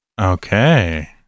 Okay